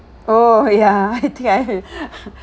oh ya